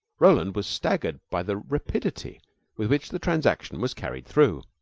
roland was staggered by the rapidity with which the transaction was carried through.